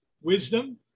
wisdom